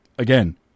Again